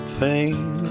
pain